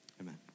Amen